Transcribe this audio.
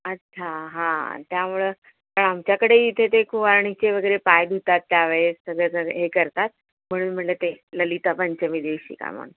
अच्छा हां त्यामुळं पण आमच्याकडे इथे ते कुवारणीचे वगैरे पाय धुतात त्यावेळेस सगळं हे करतात म्हणून म्हणलं ते ललिता पंचमी दिवशी का म्हणून